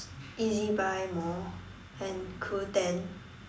Ezbuy more and Qoo-ten